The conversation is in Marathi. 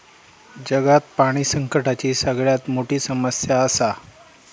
जगात पाणी संकटाची सगळ्यात मोठी समस्या आसा